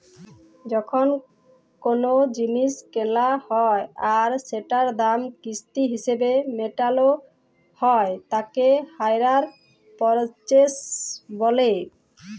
যখন কোলো জিলিস কেলা হ্যয় আর সেটার দাম কিস্তি হিসেবে মেটালো হ্য়য় তাকে হাইয়ার পারচেস বলে